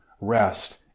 rest